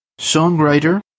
songwriter